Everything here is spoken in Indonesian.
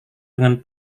dengan